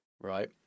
right